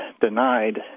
denied